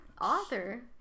author